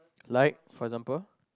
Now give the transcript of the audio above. like for example